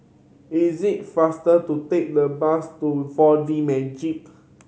is the faster to take the bus to Four D Magix